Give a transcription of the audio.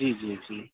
جی جی جی